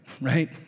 right